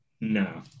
No